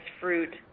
fruit